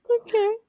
Okay